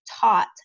taught